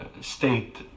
state